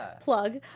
Plug